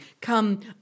come